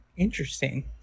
Interesting